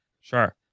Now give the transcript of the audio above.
sure